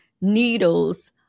needles